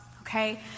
Okay